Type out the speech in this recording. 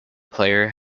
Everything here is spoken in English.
player